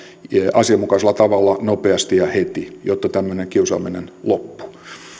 asianmukaisella tavalla nopeasti ja heti jotta tämmöinen kiusaaminen loppuu